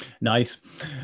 nice